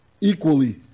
equally